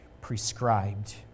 prescribed